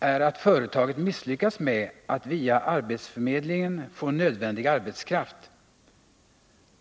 är att företaget misslyckats med att via arbetsförmedlingen få nödvändig arbetskraft.